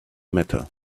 matter